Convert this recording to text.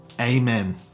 Amen